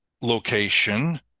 location